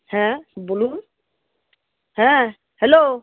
হ্যাঁ বলুন হ্যাঁ হ্যালো